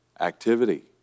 Activity